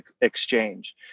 Exchange